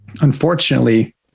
Unfortunately